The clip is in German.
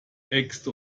äxte